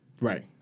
Right